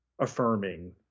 affirming